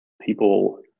people